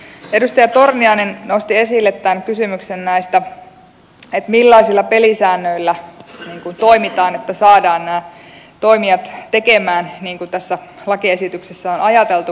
edustaja torniainen nosti esille kysymyksen millaisilla pelisäännöillä toimitaan niin että saadaan nämä toimijat tekemään niin kuin tässä lakiesityksessä on ajateltu